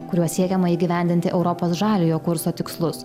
kuriuo siekiama įgyvendinti europos žaliojo kurso tikslus